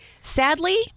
sadly